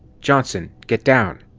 johnson, get down!